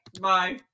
Bye